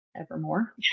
Evermore